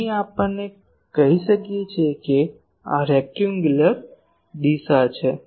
તેથી આપણને કહી શકીએ કે આ રેક્ટેન્ગુલર દિશા છે